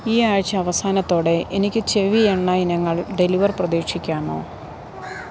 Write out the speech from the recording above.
ഈ ആഴ്ച്ച അവസാനത്തോടെ എനിക്ക് ചെവി എണ്ണ ഇനങ്ങൾ ഡെലിവർ പ്രതീക്ഷിക്കാമോ